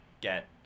get